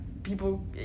people